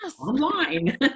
online